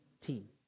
team